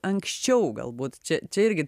anksčiau galbūt čia čia irgi